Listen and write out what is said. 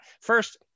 First